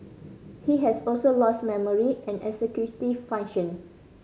he has also lost memory and executive function